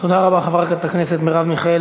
תודה רבה, חברת הכנסת מרב מיכאלי.